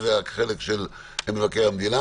הוא החלק של מבקר המדינה.